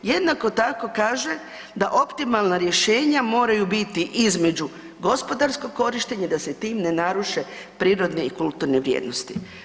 Jednako tako, kaže da optimalna rješenja moraju biti između gospodarskog korištenja, da se time ne naruše prirodne i kulturne vrijednosti.